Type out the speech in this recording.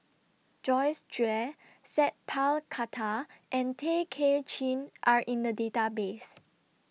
Joyce Jue Sat Pal Khattar and Tay Kay Chin Are in The Database